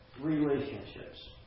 relationships